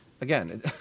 again